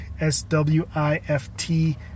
s-w-i-f-t